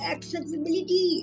Accessibility